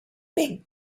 big